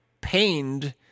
pained